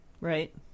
Right